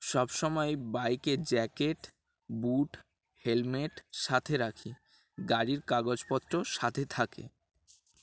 সব সমময় বাইকে জ্যাকেট বুট হেলমেট সাথে রাখি গাড়ির কাগজপত্র সাথে থাকে